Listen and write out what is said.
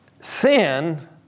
Sin